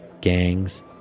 gangs